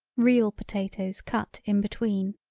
real potatoes cut in between.